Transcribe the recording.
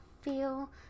feel